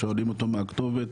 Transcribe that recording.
שואלים אותו מה הכתובת,